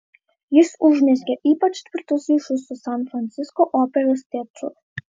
jis užmezgė ypač tvirtus ryšius su san francisko operos teatru